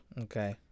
Okay